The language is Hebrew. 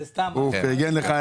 הוא פירגן לך,